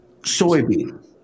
soybean